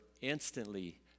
instantly